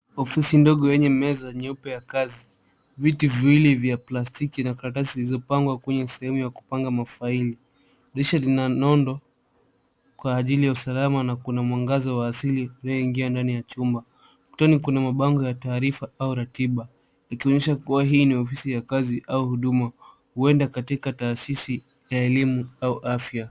Ofisi ndogo yenye meza nyeupe ya kazi, viti viwili vya plastiki na karatasi zilizopangwa kwenye sehemu ya kupanga mafaili ,dirisha zina nondo kwa ajili ya usalama na kuna mwangaza wa asili linaloingia ndani ya chumba, ukutani kuna mabango ya taarifa au ratiba ikionyesha kuwa hii ni ofisi ya kazi au huduma huenda katika taasisi ya elimu au afya.